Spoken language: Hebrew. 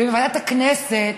ועדת הכנסת,